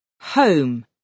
Home